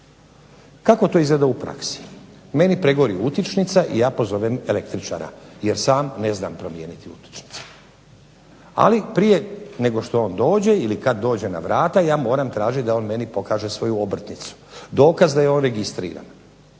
kako to izgleda u praksi. Meni pregori utičnica, ja pozovem električara, jer sam ne znam promijeniti utičnicu, ali prije nego što on dođe ili kada dođe na vrata ja moram tražiti da on meni pokaže obrtnicu, dokaz da je on registriran,